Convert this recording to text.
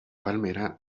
palmera